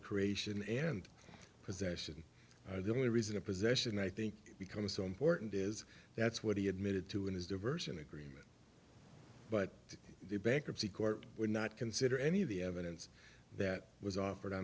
creation and possession of the only reason of possession i think become so important is that's what he admitted to in his diversion agreement but the bankruptcy court would not consider any of the evidence that was offered on